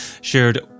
shared